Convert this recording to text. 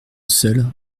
seule